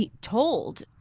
told